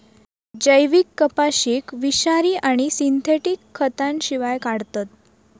जैविक कपाशीक विषारी आणि सिंथेटिक खतांशिवाय काढतत